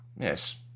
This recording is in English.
Yes